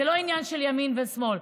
זה לא עניין של ימין ושמאל.